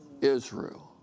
Israel